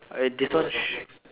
uh this one sh~